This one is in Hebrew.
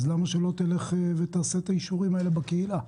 למה שלא תעשה את האישורים האלה בקהילה?